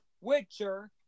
Witcher